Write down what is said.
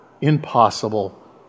impossible